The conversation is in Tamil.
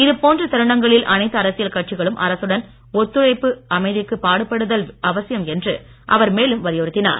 இது போன்ற தருணங்களில் அனைத்து அரசியல் கட்சிகளும் அரசுடன் ஒத்துழைத்து அமைதிக்கு பாடுபடுதல் அவசியம் என்று அவர் மேலும் வலியுறுத்தினார்